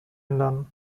ändern